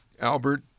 Albert